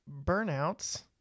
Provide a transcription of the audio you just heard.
Burnouts